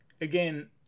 again